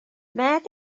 مرد